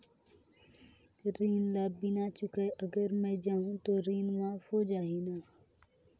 ऋण ला बिना चुकाय अगर मै जाहूं तो ऋण माफ हो जाही न?